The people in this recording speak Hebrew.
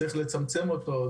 צריך לצמצם אותו,